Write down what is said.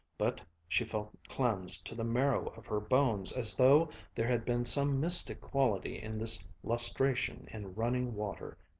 but she felt cleansed to the marrow of her bones, as though there had been some mystic quality in this lustration in running water,